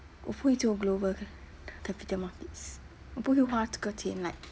我不会作文 global 那个 capital markets 我不会化这个钱 like